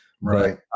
Right